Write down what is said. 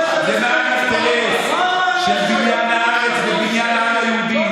למען האינטרס של בניין הארץ ובניין העם היהודי.